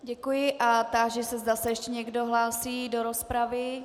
Děkuji a táži se, zda se ještě někdo hlásí do rozpravy.